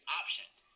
options